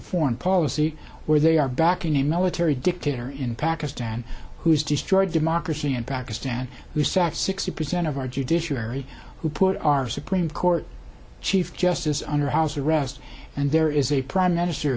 foreign policy where they are backing a military dictator in pakistan who has destroyed democracy in pakistan we sat sixty percent of our judiciary who put our supreme court chief justice under house arrest and there is a prime minister